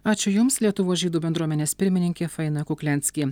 ačiū jums lietuvos žydų bendruomenės pirmininkė faina kukliansky